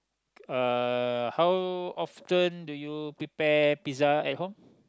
uh how often do you prepare pizza at home